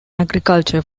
agriculture